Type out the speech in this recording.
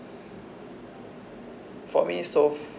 for me so